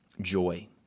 joy